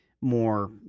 more